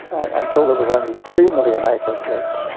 and until there was only three million acres left,